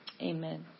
Amen